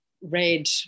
read